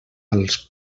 als